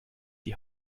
die